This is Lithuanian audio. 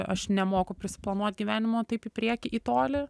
aš nemoku prisiplanuot gyvenimo taip į priekį į tolį